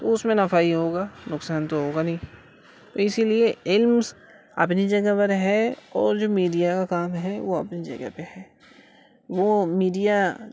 تو اس میں نفع ہی ہوگا نقصان تو ہوگا نہیں اسی لیے علم اپنی جگہ پر ہے اور جو میڈیا کا کام ہے وہ اپنی جگہ پہ ہے وہ میڈیا